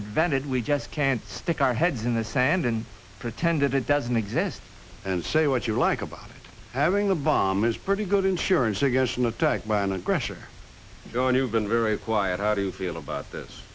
advantaged we just can't stick our heads in the sand and pretend it doesn't exist and say what you like about it having the bomb is pretty good insurance against an attack by an aggressor gone you've been very quiet how do you feel about this